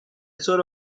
طور